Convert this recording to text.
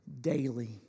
daily